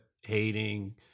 hating